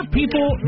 people